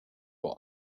will